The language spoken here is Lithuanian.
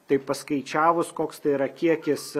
tai paskaičiavus koks tai yra kiekis